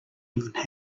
even